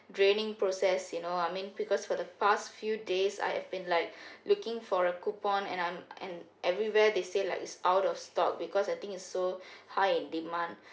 draining process you know I mean because for the past few days I've been like looking for a coupon and I'm and everywhere they say like it's out of stock because the thing is so high in demand